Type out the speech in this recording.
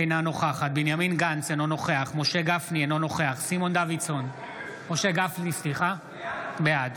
אינה נוכחת בנימין גנץ, אינו נוכח משה גפני, בעד